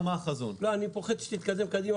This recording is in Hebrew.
קל לי מאוד עם הסיבים האופטיים,